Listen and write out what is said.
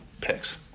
picks